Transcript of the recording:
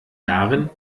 darin